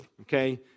okay